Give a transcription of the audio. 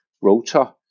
rotor